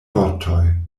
vortoj